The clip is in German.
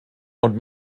und